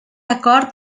acord